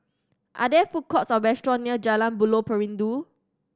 are there food courts or restaurants near Jalan Buloh Perindu